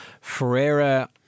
Ferreira